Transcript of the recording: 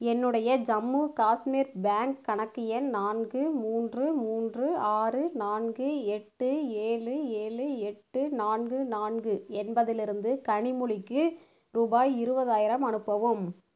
என்னுடைய ஜம்மு காஷ்மீர் பேங்க் கணக்கு எண் நான்கு மூன்று மூன்று ஆறு நான்கு எட்டு ஏலு ஏலு எட்டு நான்கு நான்கு என்பதிலிருந்து கனிமொழிக்கு ரூபாய் இருபதாயிரம் அனுப்பவும்